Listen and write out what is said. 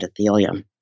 endothelium